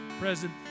present